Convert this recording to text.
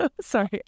sorry